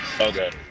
Okay